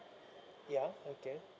ya okay